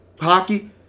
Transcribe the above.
Hockey